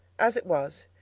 as it was,